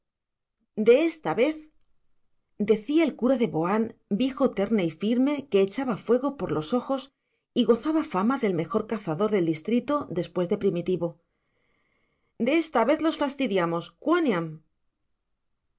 de cebre de esta vez decía el cura de boán viejo terne y firme que echaba fuego por los ojos y gozaba fama del mejor cazador del distrito después de primitivo de esta vez los fastidiamos